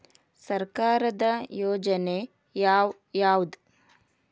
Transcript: ಸರ್ಕಾರದ ಯೋಜನೆ ಯಾವ್ ಯಾವ್ದ್?